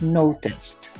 noticed